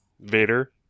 Vader